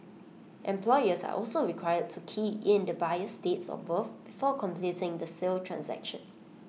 employees are also required to key in the buyer's date of birth before completing the sale transaction